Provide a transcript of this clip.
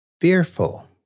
fearful